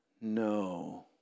No